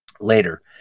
later